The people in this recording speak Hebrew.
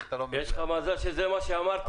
יש לך מזל שזה מה שאמרת,